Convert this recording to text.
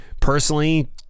personally